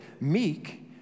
meek